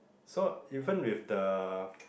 so even with the